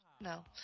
No